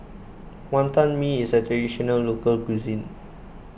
Wonton Mee is a Traditional Local Cuisine